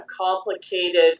complicated